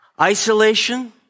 isolation